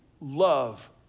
love